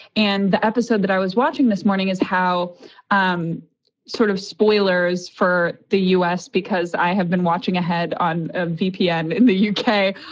and the episode that i was watching this morning is how um sort of spoilers for the u s, because i have been watching a head on a vpn in the u k.